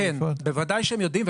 כן, בוודאי שהם יודעים.